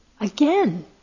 again